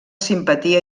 simpatia